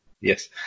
Yes